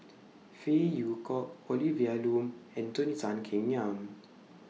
Phey Yew Kok Olivia Lum and Tony Tan Keng Yam